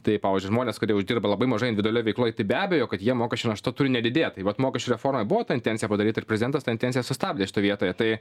tai pavyzdžiui žmonės kurie uždirba labai mažai individualioj veikloj tai be abejo kad jiem mokesčių našta turi nedidėt tai vat mokesčių reformoj buvo ta intencija padaryt ir prezidentas tą intenciją sustabdė šitoj vietoje tai